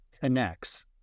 connects